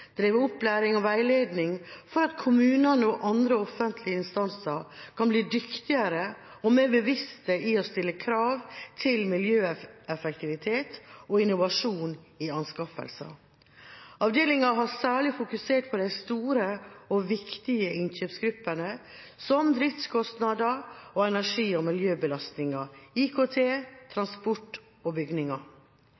opplæring og veiledning for at kommunene og andre offentlige instanser kan bli dyktigere og mer bevisste når det gjelder å stille krav til miljøeffektivitet og innovasjon ved anskaffelser. Avdelingen har særlig fokusert på de store og viktige innkjøpspostene som driftskostnader, energi- og miljøbelastninger, IKT,